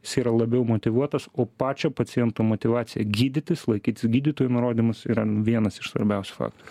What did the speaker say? jis yra labiau motyvuotas o pačio paciento motyvacija gydytis laikytis gydytojo nurodymus yra vienas iš svarbiausių faktorių